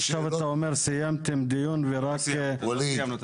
עכשיו אתה אומר שסיימתם דיון ורק --- ווליד,